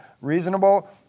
Reasonable